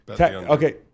Okay